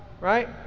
right